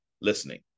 listening